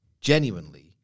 genuinely